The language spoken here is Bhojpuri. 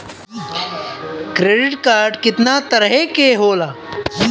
क्रेडिट कार्ड कितना तरह के होला?